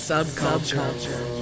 Subculture